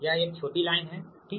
यह एक छोटी लाइन है ठीक